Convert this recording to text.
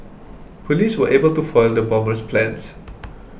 police were able to foil the bomber's plans